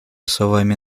словами